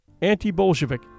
anti-Bolshevik